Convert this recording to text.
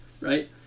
Right